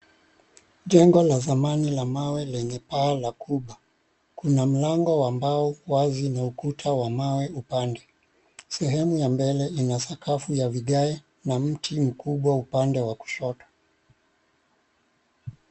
Jengo la zamani la mawe lenye paa la kupa ,kuna mlango wa mbao uko wazi na ukuta wa mawe upande, sehemu ya mbele ina sakafu ya vigae na mti mkubwa upande wa kushoto.